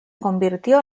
convirtió